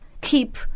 keep